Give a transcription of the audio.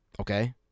Okay